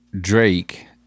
Drake